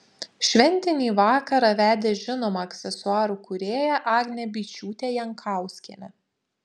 šventinį vakarą vedė žinoma aksesuarų kūrėja agnė byčiūtė jankauskienė